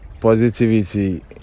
positivity